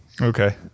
okay